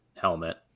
helmet